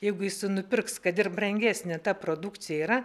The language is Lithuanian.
jeigu jis ir nupirks kad ir brangesnę ta produkcija yra